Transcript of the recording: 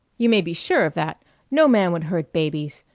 you may be sure of that no man would hurt babies,